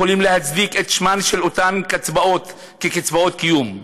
יכולים להצדיק את שמן של אותן קצבאות כקצבאות קיום,